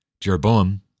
Jeroboam